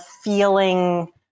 feeling